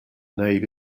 nave